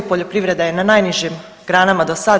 Poljoprivreda je na najnižim granama do sada.